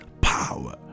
power